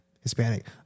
Hispanic